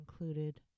included